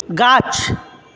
গাছ